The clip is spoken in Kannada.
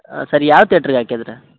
ಸರಿ ಯಾವ ತೇಟ್ರಿಗೆ ಹಾಕಿದ್ರ್